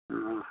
ಹ್ಞೂ